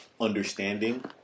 understanding